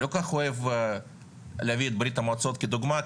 אני לא כל כך אוהב להביא את ברית המועצות כדוגמא,